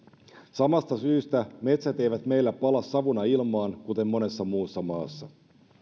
samasta syystä metsät eivät meillä pala savuna ilmaan kuten monessa muussa maassa